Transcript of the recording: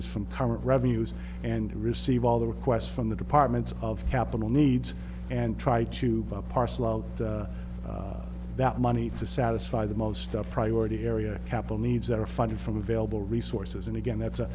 is from current revenues and receive all the requests from the departments of capital needs and try to parcel out that money to satisfy the most stuff priority area capital needs that are funded from available resources and again that's